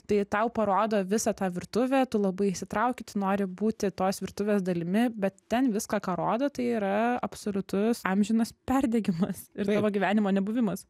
tai tau parodo visą tą virtuvę tu labai įsitrauki tu nori būti tos virtuvės dalimi bet ten viską ką rodo tai yra absoliutus amžinas perdegimas ir tavo gyvenimo nebuvimas